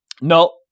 No